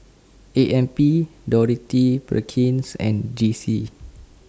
A M P Dorothy Perkins and D C